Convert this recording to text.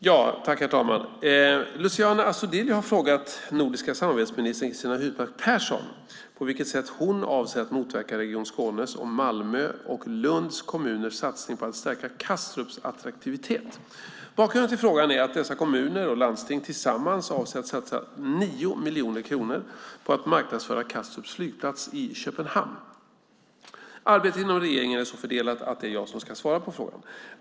Herr talman! Luciano Astudillo har frågat nordiska samarbetsministern Cristina Husmark Pehrsson på vilket sätt hon avser att motverka Region Skånes och Malmö och Lunds kommuners satsning för att stärka Kastrups attraktivitet. Bakgrunden till frågan är att dessa kommuner och landsting tillsammans avser att satsa 9 miljoner kronor på att marknadsföra Kastrups flygplats i Köpenhamn. Arbetet inom regeringen är så fördelat att det är jag som ska svara på frågan.